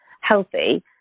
healthy